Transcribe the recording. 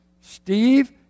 Steve